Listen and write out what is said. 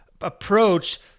approach